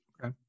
Okay